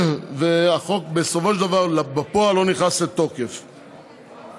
ובסופו של דבר החוק לא נכנס לתוקף בפועל.